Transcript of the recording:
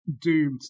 doomed